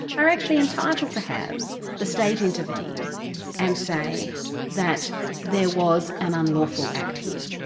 are actually entitled to have the state intervene and say that there was an unlawful act here.